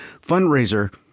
fundraiser